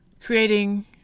creating